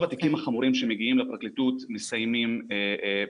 הכוונה לחודשים ואפילו הממוצע לעבירות נמוכות זה עד 18 חודשים.